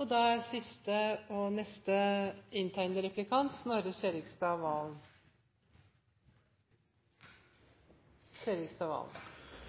Jeg merker meg at både Høyre og Fremskrittspartiet for å få eget skatteopplegg til å gi mening er